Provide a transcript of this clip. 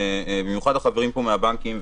במיוחד החברים פה מהבנקים,